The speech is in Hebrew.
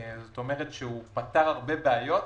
זאת אומרת שהוא פתר הרבה בעיות,